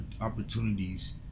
opportunities